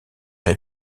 est